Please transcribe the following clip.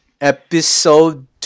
Episode